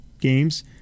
games